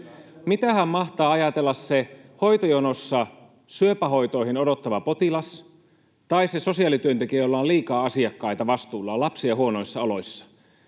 Mitähän mahtaa ajatella se hoitojonossa syöpähoitoihin odottava potilas tai se sosiaalityöntekijä, jolla on liikaa asiakkaita vastuullaan, lapsia huonoissa oloissa,